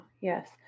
yes